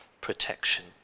protection